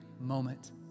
moment